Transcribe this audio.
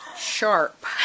sharp